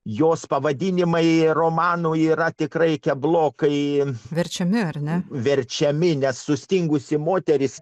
jos pavadinimai romano yra tikrai keblokai verčiami ar ne verčiami net sustingusį moteris